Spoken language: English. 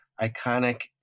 iconic